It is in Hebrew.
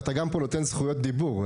ואתה גם פה נותן זכויות דיבור.